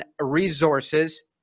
Resources